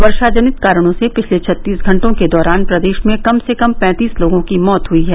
वर्षा जनित कारणों से पिछले छत्तीस घंटों के दौरान प्रदेश में कम से कम पैंतीस लोगों की मौत हुई हैं